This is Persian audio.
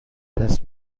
دست